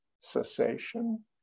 cessation